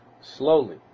slowly